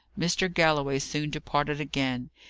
mr. galloway soon departed again.